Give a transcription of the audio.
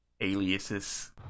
aliases